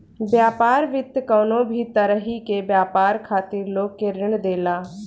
व्यापार वित्त कवनो भी तरही के व्यापार खातिर लोग के ऋण देला